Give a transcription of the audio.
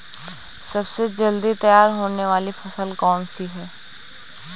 सबसे जल्दी तैयार होने वाली फसल कौन सी है?